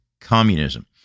communism